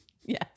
Yes